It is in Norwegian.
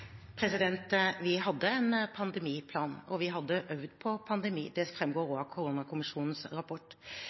Vi hadde en pandemiplan, og vi hadde øvd på pandemi. Det framgår av koronakommisjonens rapport.